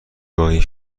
گاهی